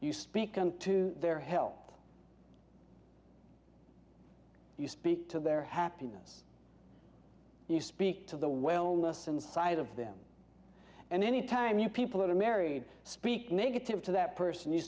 you speak to their help you speak to their happiness you speak to the wellness inside of them and anytime you people who are married speak negative to that person you